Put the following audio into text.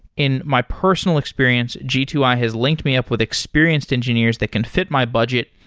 in my personal experience, g two i has linked me up with experienced engineers that can fit my budget,